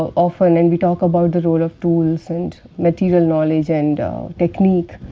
often, and we talk about the role of tools and material knowledge and technique.